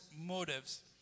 motives